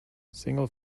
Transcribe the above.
single